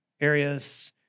areas